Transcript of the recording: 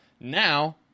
now